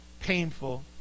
painful